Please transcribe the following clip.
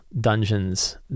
dungeons